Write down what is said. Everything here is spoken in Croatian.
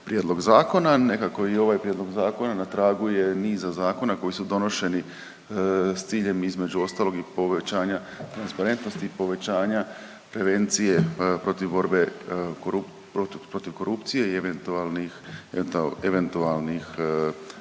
prijedloga zakona. Nekako i ovaj prijedlog zakona na tragu je niza zakona koji su donošeni s ciljem između ostalog i povećanja transparentnosti, povećavanja prevencije protiv borbe protiv korupcije i eventualnih nepodopština